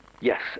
Yes